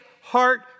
heart